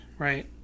Right